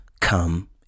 Come